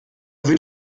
wird